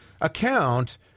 account